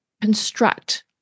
construct